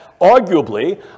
arguably